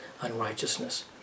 unrighteousness